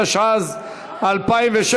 התשע"ז 2016,